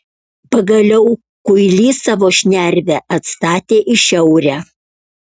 pagaliau kuilys savo šnervę atstatė į šiaurę